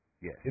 Yes